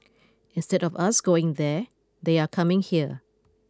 instead of us going there they are coming here